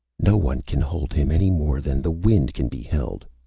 no one can hold him, any more than the wind can be held.